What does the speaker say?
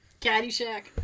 Caddyshack